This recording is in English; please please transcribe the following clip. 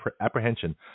apprehension